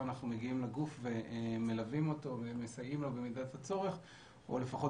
אנחנו מגיעים לגוף ומלווים אותו ומסייעים לו במידת הצורך או לפחות